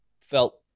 felt